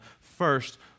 first